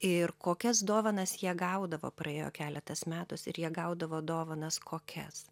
ir kokias dovanas jie gaudavo praėjo keletas metus ir jie gaudavo dovanas kokias